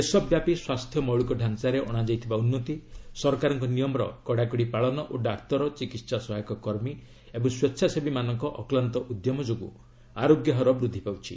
ଦେଶବ୍ୟାପୀ ସ୍ୱାସ୍ଥ୍ୟ ମୌଳିକ ଡାଞ୍ଚାରେ ଅଣାଯାଇଥିବା ଉନ୍ନତି ସରକାରଙ୍କ ନିୟମର କଡ଼ାକଡ଼ି ପାଳନ ଓ ଡାକ୍ତର ଚିକିତ୍ସା ସହାୟକ କର୍ମୀ ଏବଂ ସ୍ୱେଚ୍ଛାସେବୀମାନଙ୍କ ଅକ୍ଲାନ୍ତ ଉଦ୍ୟମ ଯୋଗୁଁ ଆରୋଗ୍ୟ ହାର ବୃଦ୍ଧି ପାଉଛି